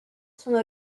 sono